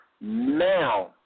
Now